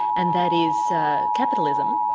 and that is capitalism,